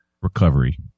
recovery